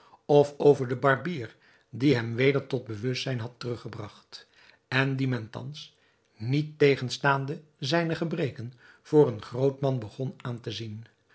of over den barbier die hem weder tot bewustzijn had teruggebragt en dien men thans niettegenstaande zijne gebreken voor een groot man begon aan te zien